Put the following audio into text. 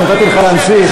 אז נתתי לך להמשיך,